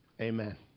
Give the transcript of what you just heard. amen